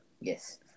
yes